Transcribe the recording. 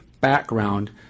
background